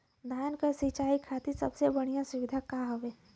धान क सिंचाई खातिर सबसे बढ़ियां सुविधा का हवे?